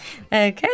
Okay